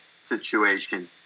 situation